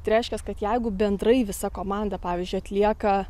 tai reiškias kad jeigu bendrai visa komanda pavyzdžiui atlieka